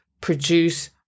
produce